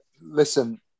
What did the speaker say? Listen